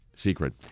secret